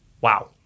Wow